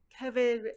COVID